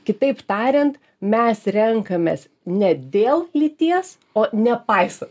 kitaip tariant mes renkamės ne dėl lyties o nepaisant